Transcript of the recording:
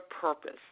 purpose